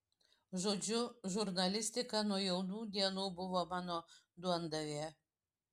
žodžiu žurnalistika nuo jaunų dienų buvo mano duondavė